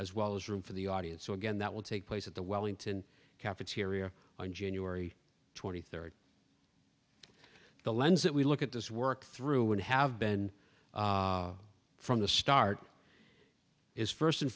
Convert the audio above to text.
as well as room for the audience so again that will take place at the wellington cafeteria on january twenty third the lens that we look at this work through and have been from the start is first and